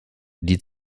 die